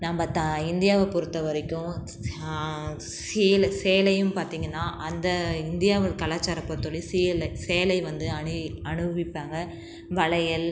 நம்ப தா இந்தியாவைப் பொருத்த வரைக்கும் சேல சேலையும் பார்த்தீங்கன்னா அந்த இந்தியாவின் கலாச்சாரம் பொருத்த வரையும் சேலை சேலை வந்து அணி அணிவிப்பாங்க வளையல்